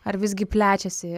ar visgi plečiasi